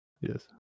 yes